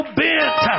bent